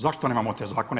Zašto nemamo te zakone?